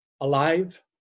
alive